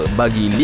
bagi